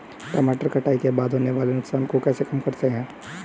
टमाटर कटाई के बाद होने वाले नुकसान को कैसे कम करते हैं?